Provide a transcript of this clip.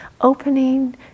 opening